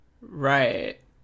Right